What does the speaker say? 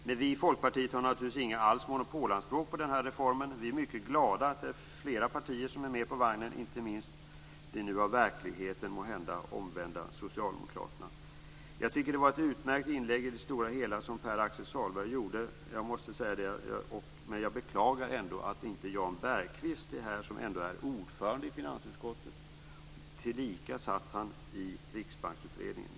Men vi i Folkpartiet har naturligtvis inte alls några monopolanspråk på den här reformen. Vi är mycket glada att det är flera partier som är med på vagnen, inte minst de nu måhända av verkligheten omvända socialdemokraterna. Jag tycker att det i det stora hela var ett utmärkt inlägg som Pär-Axel Sahlberg gjorde. Det måste jag säga. Men jag beklagar ändå att inte Jan Bergqvist är här. Han är ändå ordförande i finansutskottet, tillika satt han i Riksbanksutredningen.